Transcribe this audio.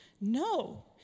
No